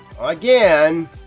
again